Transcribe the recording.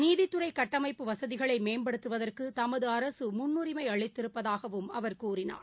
நீதித்துறைகட்டமைப்பு வசதிகளைமேம்படுத்தவதற்குதமதுஅரசுமுன்னுிமைஅளித்திருப்பதாகவும் அவர் கூறினார்